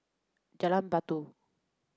Jalan Batu